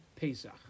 Pesach